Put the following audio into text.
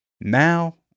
Now